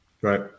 Right